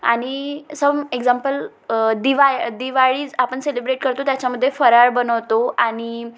आणि some example दिवा दिवाळी आपण सेलिब्रेट करतो त्याच्यामध्ये फराळ बनवतो आणि